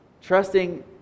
Trusting